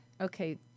Okay